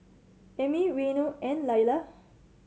Amey Reino and Lilah